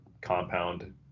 compound